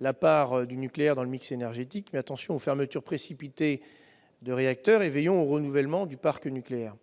la part du nucléaire dans le mix énergétique. Mais prenons garde aux fermetures précipitées de réacteurs et veillons au renouvellement du parc nucléaire.